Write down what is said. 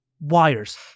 wires